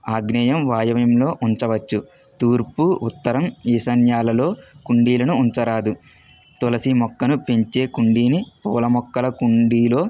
ఆగ్నేయం వాయవ్యంలో ఉంచవచ్చు తూర్పు ఉత్తరం ఈశాన్యాలలో కుండీలను ఉంచరాదు తులసి మొక్కను పెంచే కుండీని పూల మొక్కల కుండీలో